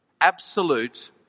absolute